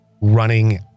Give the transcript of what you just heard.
running